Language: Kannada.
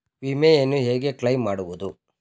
ವಿಮೆಯನ್ನು ಹೇಗೆ ಕ್ಲೈಮ್ ಮಾಡುವುದು?